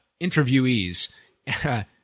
interviewees